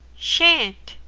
shan't,